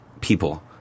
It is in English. people